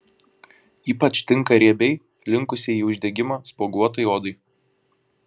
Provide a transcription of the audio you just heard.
ypač tinka riebiai linkusiai į uždegimą spuoguotai odai